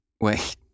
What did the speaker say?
wait